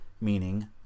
meaning